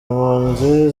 impunzi